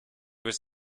was